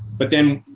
but then,